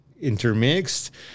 intermixed